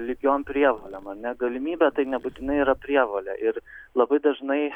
lygiom prievolėm ar ne galimybė tai nebūtinai yra prievolė ir labai dažnai